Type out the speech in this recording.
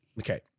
Okay